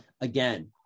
Again